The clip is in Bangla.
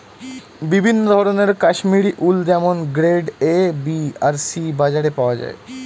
বিভিন্ন ধরনের কাশ্মীরি উল যেমন গ্রেড এ, বি আর সি বাজারে পাওয়া যায়